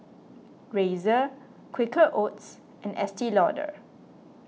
Razer Quaker Oats and Estee Lauder